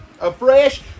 afresh